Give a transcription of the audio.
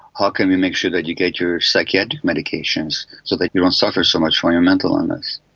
how can we make sure that you get your psychiatric medications so that you don't suffer so much from your mental illness?